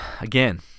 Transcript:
again